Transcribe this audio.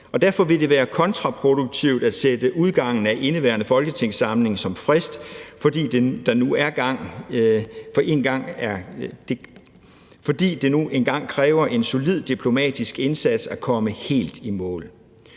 derfor vil det være kontraproduktivt at sætte udgangen af indeværende folketingssamling som frist, fordi det nu engang kræver en solid diplomatisk indsats at komme helt i mål,